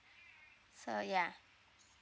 so ya